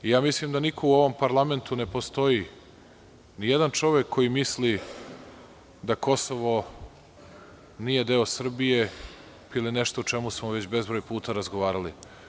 Mislim da u ovom parlamentu ne postoji nijedan čovek koji misli da Kosovo nije deo Srbije ili nešto o čemu smo već bezbroj puta razgovarali.